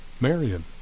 Marion